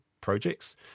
Projects